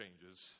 changes